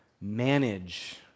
manage